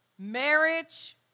Marriage